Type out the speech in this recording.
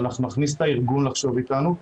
ואנחנו נכניס את הארגון לחשוב איתנו,